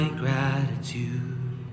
gratitude